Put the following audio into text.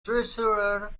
treasurer